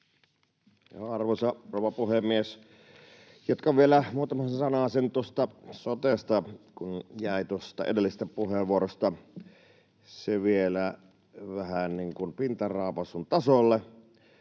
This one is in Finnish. Arvoisa rouva puhemies! Jatkan vielä muutaman sanasen sotesta, kun jäi tuossa edellisessä puheenvuorossa se vielä vähän niin kuin pintaraapaisun tasolle.